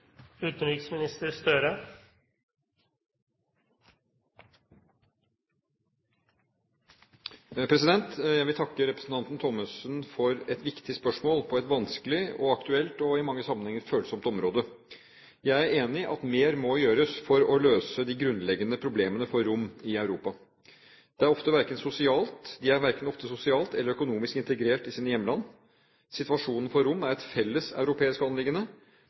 i mange sammenhenger følsomt område. Jeg er enig i at mer må gjøres for å løse de grunnleggende problemene for romene i Europa. De er ofte verken sosialt eller økonomisk integrert i sine hjemland. Situasjonen for romene er et felles europeisk anliggende